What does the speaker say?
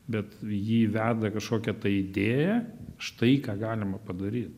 bet jį veda kažkokia idėja štai ką galima padaryt